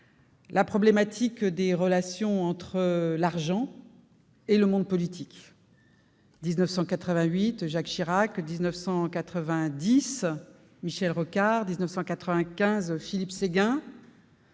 la problématique des relations entre l'argent et le monde politique. Jacques Chirac, en 1988, Michel Rocard, en 1990, Philippe Séguin,